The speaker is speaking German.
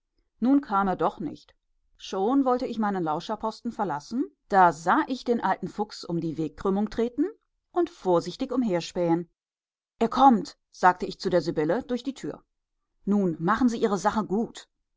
nun kam er doch nicht schon wollte ich meinen lauscherposten verlassen da sah ich den alten fuchs um die wegkrümmung treten und vorsichtig umherspähen er kommt sagte ich zu der sibylle durch die tür nun machen sie ihre sache gut